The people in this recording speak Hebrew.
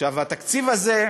עד 03:00. התקציב הזה,